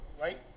right